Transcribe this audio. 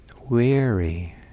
weary